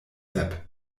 sep